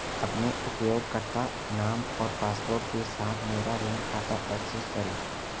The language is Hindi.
अपने उपयोगकर्ता नाम और पासवर्ड के साथ मेरा ऋण खाता एक्सेस करें